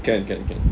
can can can